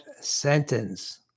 sentence